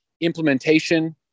implementation